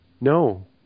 No